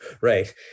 Right